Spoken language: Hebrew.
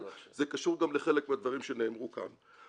זה קשור גם לחלק מהדברים שנאמרו כאן.